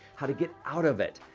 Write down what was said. how to get out of it.